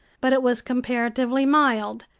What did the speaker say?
but it was comparatively mild.